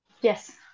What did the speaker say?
yes